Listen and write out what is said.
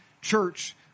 church